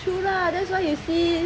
true lah that's why you see